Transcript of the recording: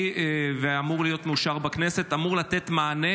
ואמור להיות מאושר בכנסת אמור לתת מענה